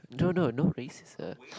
don't know no racist uh